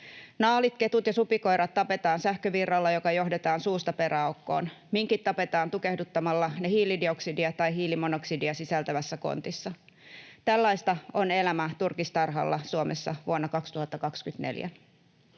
Naalit, ketut ja supikoirat tapetaan sähkövirralla, joka johdetaan suusta peräaukkoon. Minkit tapetaan tukehduttamalla ne hiilidioksidia tai hiilimonoksidia sisältävässä kontissa. Tällaista on elämä turkistarhalla Suomessa vuonna 2024.